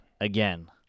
again